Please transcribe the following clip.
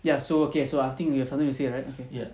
ya so okay so I think you have something to say right okay